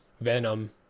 Venom